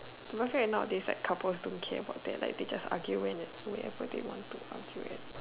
but I feel like nowadays like couples don't care what they are like they just argue when wherever they want to argue at